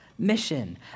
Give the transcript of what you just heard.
Mission